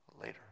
later